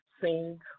sing